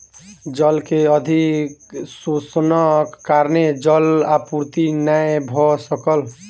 जल के अधिक शोषणक कारणेँ जल आपूर्ति नै भ सकल